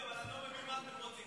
דודי, אני לא מבין מה אתם רוצים.